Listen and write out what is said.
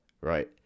right